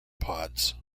pods